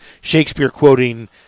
Shakespeare-quoting